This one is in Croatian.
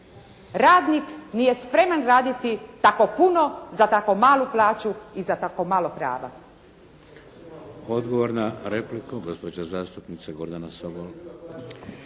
radnik nije spreman raditi tako puno za tako malu plaću i za tako malo prava.